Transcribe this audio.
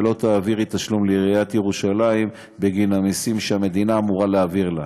ולא תעבירי תשלום לעיריית ירושלים בגין המסים שהמדינה אמורה להעביר לה.